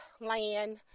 land